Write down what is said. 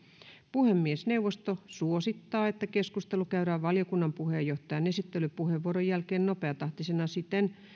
puhemiesneuvosto suosittaa että keskustelu käydään valiokunnan puheenjohtajan esittelypuheenvuoron jälkeen nopeatahtisena siten